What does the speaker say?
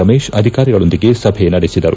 ರಮೇಶ್ ಅಧಿಕಾರಿಗಳೊಂದಿಗೆ ಸಭೆ ನಡೆಸಿದರು